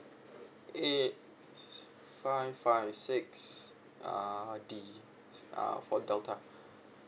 eight five five six uh D uh for delta